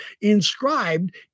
inscribed